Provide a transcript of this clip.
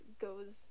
goes